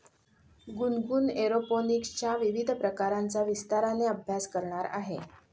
गुनगुन एरोपोनिक्सच्या विविध प्रकारांचा विस्ताराने अभ्यास करणार आहे